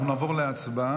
אנחנו נעבור להצבעה.